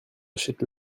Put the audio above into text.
achète